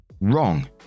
Wrong